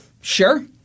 sure